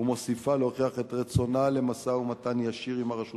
ומוסיפה להוכיח את רצונה במשא-ומתן ישיר עם הרשות